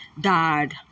died